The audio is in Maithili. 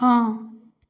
हँ